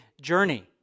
journey